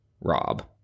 Rob